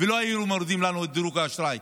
ולא היו מורידים לנו את דירוג האשראי,